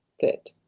fit